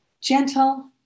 gentle